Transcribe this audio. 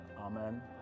Amen